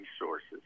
resources